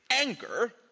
anger